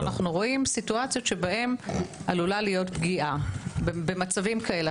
אנו רואים מצבים שבהן עלולה להיות פגיעה במצבים כאלה.